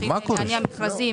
להניע מכרזים,